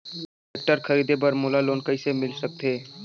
Tractor खरीदे बर मोला लोन कइसे मिल सकथे?